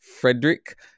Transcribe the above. Frederick